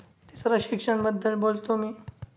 तिसरं शिक्षणाबद्दल बोलतो मी